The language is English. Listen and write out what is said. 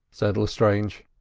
said lestrange.